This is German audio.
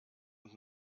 und